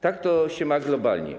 Tak to się ma globalnie.